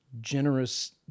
generous